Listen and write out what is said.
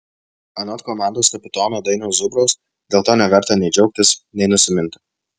anot komandos kapitono dainiaus zubraus dėl to neverta nei džiaugtis nei nusiminti